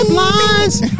Headlines